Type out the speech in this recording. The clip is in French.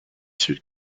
sud